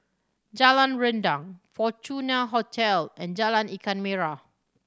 Jalan Rendang Fortuna Hotel and Jalan Ikan Merah